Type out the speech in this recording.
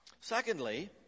Secondly